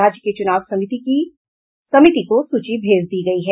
राज्य के चुनाव समिति को सूची भेज दी गयी है